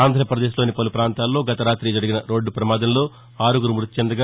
ఆంధ్రప్రదేశ్లోని పలు ప్రాంతాల్లో గత రాతి జరిగిన రోడ్ల ప్రమాదంలో ఆరుగురు మృతి చెందగా